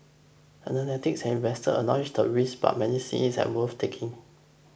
analysts and investors acknowledge the risk but many see it as worth taking